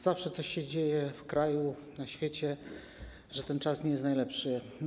Zawsze coś się dzieje w kraju, na świecie i ten czas nie jest najlepszy.